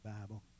Bible